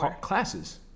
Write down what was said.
classes